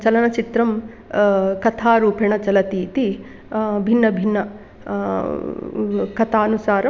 चलनचित्रं कथारूपेण चलति इति भिन्न भिन्न कथानुसारम्